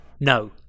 No